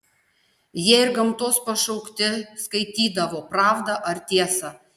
jie ir gamtos pašaukti skaitydavo pravdą ar tiesą